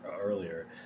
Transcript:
earlier